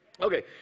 Okay